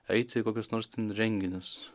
eiti į kokius nors renginius